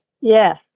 Yes